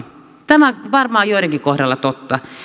tämä varmaan on joidenkin kohdalla totta